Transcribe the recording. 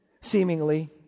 seemingly